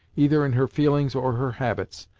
either in her feelings or her habits,